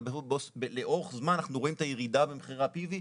אבל לאורך זמן אנחנו רואים את הירידה במחירי ה-PV.